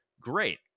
great